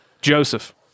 Joseph